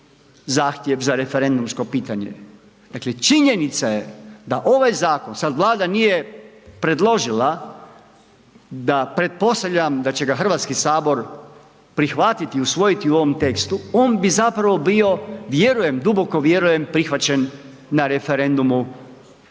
zahtjev za referendumsko pitanje. Dakle, činjenica je da ovaj zakon, sad Vlada nije predložila, da pretpostavljam da će ga HS prihvatiti, usvojiti u ovom tekstu, on bi zapravo bio, vjerujem, duboko vjerujem, prihvaćen na referendumu